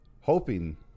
hoping